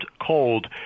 cold